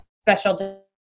special